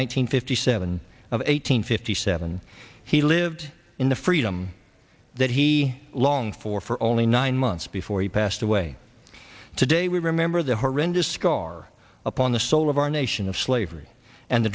hundred fifty seven of eight hundred fifty seven he lived in the freedom that he longed for for only nine months before he passed away today we remember the horrendous scar upon the soul of our nation of slavery and the